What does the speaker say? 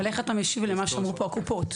איך אתה משיב למה שאמרו פה הקופות,